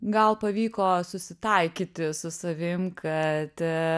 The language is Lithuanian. gal pavyko susitaikyti su savim kad